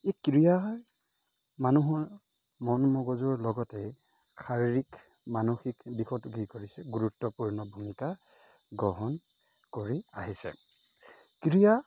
এই ক্ৰীড়াৰ মানুহৰ মন মগজুৰ লগতে শাৰীৰিক মানসিক দিশত কি কৰিছে গুৰুত্বপূৰ্ণ ভূমিকা গ্ৰহণ কৰি আহিছে ক্ৰীড়া